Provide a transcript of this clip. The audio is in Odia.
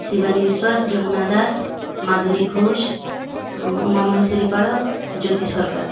ଶିବାନୀ ବିଶ୍ୱାସ ଜମୁନା ଦାସ ମାଧୁରୀ ଘୋଷ ଉମା ମହେଶ୍ୱରୀ ପାଳ ଜ୍ୟୋତି ସରକାର